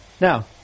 now